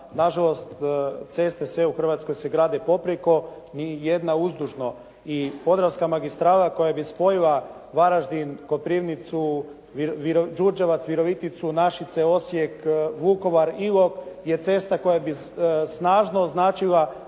na žalost ceste sve u Hrvatskoj se grade poprijeko, ni jedna uzdužno i Podravska magistrala koja bi spojila Varaždin, Koprivnicu, Đurđevac, Viroviticu, Našice, Osijek, Vukovar, Ilok je cesta koja bi snažno označila